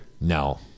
No